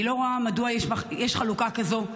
אני לא רואה מדוע יש חלוקה כזאת.